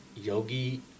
Yogi